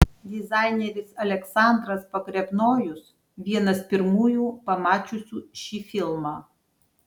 dizaineris aleksandras pogrebnojus vienas pirmųjų pamačiusių šį filmą